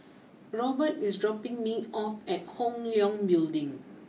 Robert is dropping me off at Hong Leong Building